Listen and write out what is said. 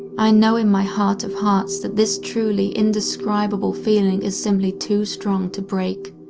i know in my heart of hearts that this truly indescribable feeling is simply too strong to break,